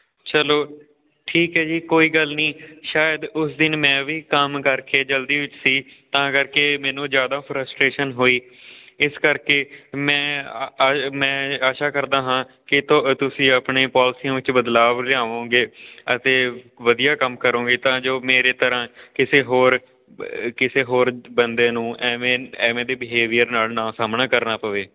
ਚਲੋ ਠੀਕ ਹੈ ਜੀ ਕੋਈ ਗੱਲ ਨਹੀਂ ਸ਼ਾਇਦ ਉਸ ਦਿਨ ਮੈਂ ਵੀ ਕੰਮ ਕਰਕੇ ਜਲਦੀ ਵਿੱਚ ਸੀ ਤਾਂ ਕਰਕੇ ਮੈਨੂੰ ਜ਼ਿਆਦਾ ਫ੍ਰਾਸਟੇਸ਼ਨ ਹੋਈ ਇਸ ਕਰਕੇ ਮੈਂ ਮੈਂ ਆਸ਼ਾ ਕਰਦਾ ਹਾਂ ਕਿ ਥੋ ਤੁਸੀਂ ਆਪਣੀ ਪੋਲਸੀਆਂ ਵਿੱਚ ਬਦਲਾਵ ਲਿਆਵੋਂਗੇ ਅਤੇ ਵਧੀਆ ਕੰਮ ਕਰੋਗੇ ਤਾਂ ਜੋ ਮੇਰੇ ਤਰ੍ਹਾਂ ਕਿਸੇ ਹੋਰ ਕਿਸੇ ਹੋਰ ਬੰਦੇ ਨੂੰ ਐਵੇਂ ਐਵੇਂ ਦੀ ਬਿਹੇਵੀਅਰ ਨਾਲ ਨਾ ਸਾਹਮਣਾ ਕਰਨਾ ਪਵੇ